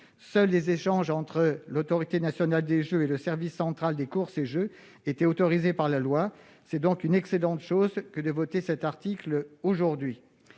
Seuls les échanges entre l'Autorité nationale des jeux (ANJ) et le Service central des courses et jeux (SCCJ) étaient autorisés par la loi. C'est donc une excellente chose que de voter cet article aujourd'hui.